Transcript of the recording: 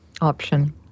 option